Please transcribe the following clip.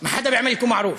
אחד לא עושה טובה לדרוזים.)